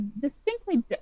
distinctly